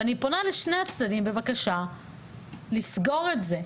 אני פונה לשני הצדדים בבקשה לסגור את זה.